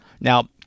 Now